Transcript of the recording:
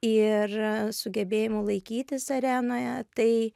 ir sugebėjimu laikytis arenoje tai